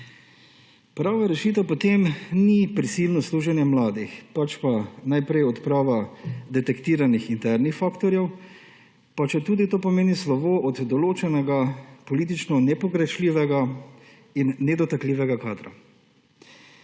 Pravna rešitev potem ni prisilno služenje mladih, pač pa najprej odprava detektiranih internih faktorjev, pa četudi to pomeni slovo od določenega politično nepogrešljivega in nedotakljivega kadra.